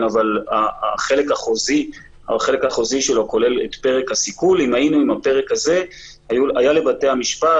החלק החוזי שלו כולל את פרק הסיכול היה לבתי המשפט,